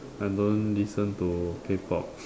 I don't listen to K-pop